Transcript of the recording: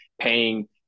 paying